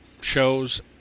shows